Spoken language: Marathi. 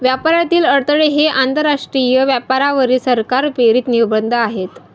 व्यापारातील अडथळे हे आंतरराष्ट्रीय व्यापारावरील सरकार प्रेरित निर्बंध आहेत